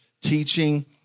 teaching